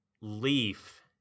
Leaf